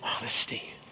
honesty